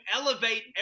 elevate